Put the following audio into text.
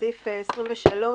סעיף 23א,